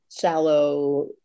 shallow